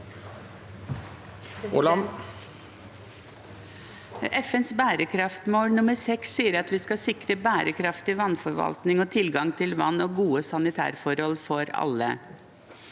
FNs bærekraftsmål nr. 6 sier at vi skal sikre bærekraftig vannforvaltning og tilgang til vann og gode sanitærforhold for alle.